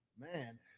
Man